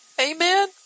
Amen